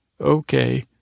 Okay